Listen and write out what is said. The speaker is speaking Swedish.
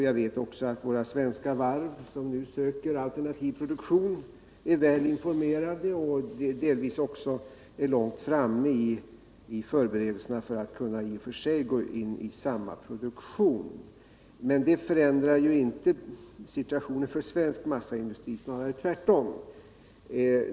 Jag vet också att våra svenska varv, som nu söker alternativ produktion, är väl informerade och delvis också långt framme i förberedelserna för att kunna gå in i samma typ av produktion. Med det förbättrar ju inte situationen för svensk massaindustri — snarare tvärtom.